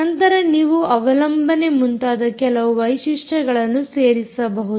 ನಂತರ ನೀವು ಅವಲಂಬನೆ ಮುಂತಾದ ಕೆಲವು ವೈಶಿಷ್ಟ್ಯಗಳನ್ನು ಸೇರಿಸಬಹುದು